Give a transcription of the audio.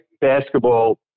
basketball